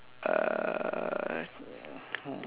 err